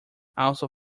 also